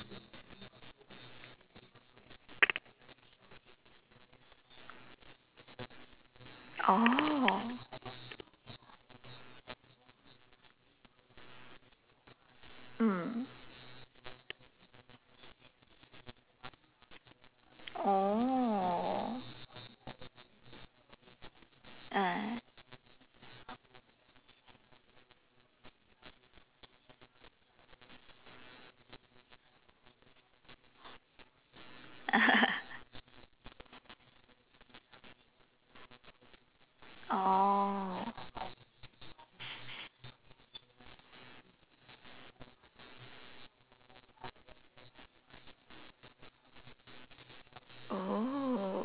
oh mm oh ah oh oh